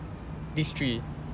this three